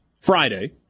Friday